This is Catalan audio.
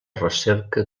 recerca